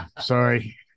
sorry